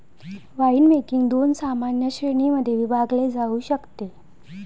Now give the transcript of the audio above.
winemaking दोन सामान्य श्रेणीं मध्ये विभागले जाऊ शकते